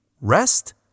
rest